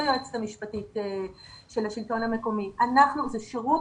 היועצת המשפטית של השלטון המקומי זה שירות